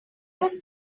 was